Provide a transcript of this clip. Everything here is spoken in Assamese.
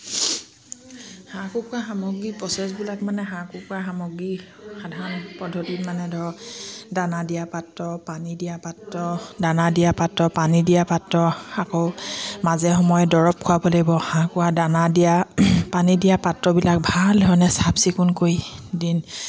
হাঁহ কুকুৰা সামগ্ৰী প্ৰচেছবিলাক মানে হাঁহ কুকুৰা সামগ্ৰী সাধাৰণ পদ্ধতিত মানে ধৰক দানা দিয়া পাত্ৰ পানী দিয়া পাত্ৰ দানা দিয়া পাত্ৰ পানী দিয়া পাত্ৰ আকৌ মাজে সময়ে দৰৱ খোৱাব লাগিব হাঁহ কুকুৰা দানা দিয়া পানী দিয়া পাত্ৰবিলাক ভাল ধৰণে চাফ চিকুণ কৰি দিন